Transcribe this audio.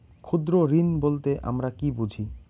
ক্ষুদ্র ঋণ বলতে আমরা কি বুঝি?